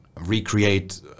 recreate